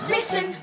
Listen